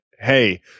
Hey